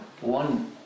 one